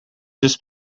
just